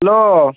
hello